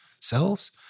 cells